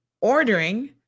ordering